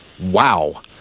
Wow